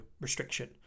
restriction